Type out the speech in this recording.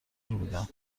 بودم